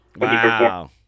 wow